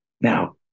Now